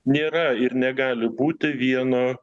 nėra ir negali būti vieno